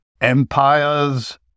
empires